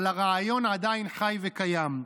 אבל הרעיון עדיין חי וקיים,